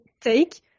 take